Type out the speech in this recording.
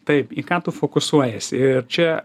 taip į ką tu fokusuojiesi ir čia